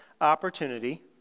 opportunity